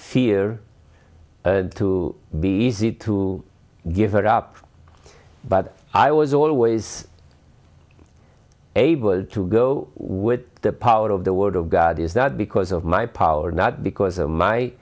fear to be easy to give it up but i was always able to go with the power of the word of god is not because of my power not because of my